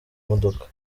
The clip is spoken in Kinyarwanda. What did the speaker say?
modoka